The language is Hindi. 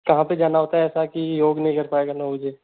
कहाँ पे जाना होता है ऐसा की योग नहीं कर पाएगा नौ बजे